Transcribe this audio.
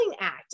act